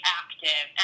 active